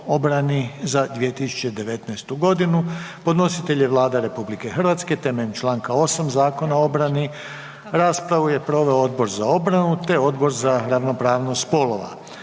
za 2019. Podnositelj je Vlada RH temeljem čl. 8. Zakona o obrani. Raspravu je proveo Odbor za obranu, te Odbor za ravnopravnost spolova.